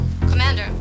Commander